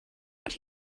out